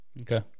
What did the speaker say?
Okay